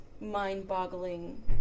mind-boggling